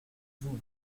vous